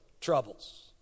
troubles